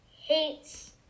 hates